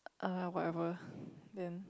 uh whatever then